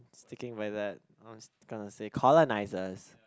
sticking by that I'm gonna to say colonisers